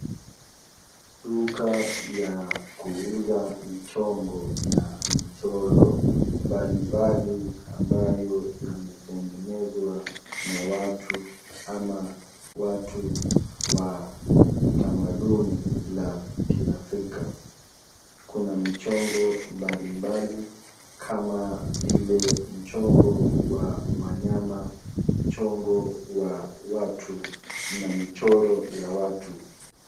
Duka ya kuuza mchongo na michoro mbalimbali ambayo yametengenezwa na watu ama watu wa tamaduni la kiafrika. Kuna michongo mbalimbali kama vile; mchongo wa wanyama, mchongo wa watu na michoro ya watu.